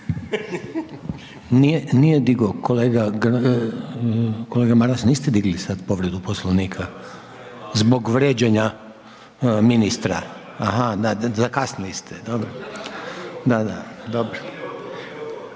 kolega, kolega Maras niste digli sad povredu Poslovnika zbog vređanja ministra? Aha, da zakasnili ste, dobro, da, da, dobro.